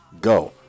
go